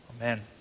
Amen